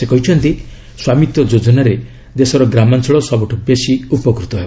ସେ କହିଛନ୍ତି ସ୍ୱାମିତ୍ୱ ଯୋଜନାରେ ଦେଶର ଗ୍ରାମାଞ୍ଚଳ ସବୁଠୁ ବେଶି ଉପକୃତ ହେବ